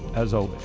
as always,